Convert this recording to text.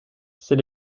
c’est